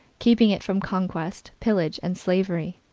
keeping it from conquest, pillage and slavery.